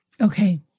Okay